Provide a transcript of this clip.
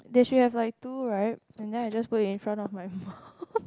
there should have like two right and then I just put in front of my mouth